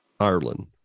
Ireland